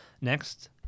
next